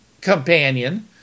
companion